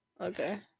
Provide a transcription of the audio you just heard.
okay